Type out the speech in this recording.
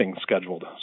scheduled